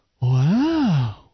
Wow